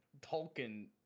Tolkien